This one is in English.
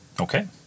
Okay